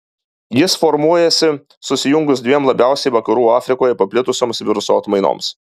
jis formuojasi susijungus dviem labiausiai vakarų afrikoje paplitusioms viruso atmainoms